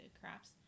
crafts